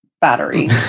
Battery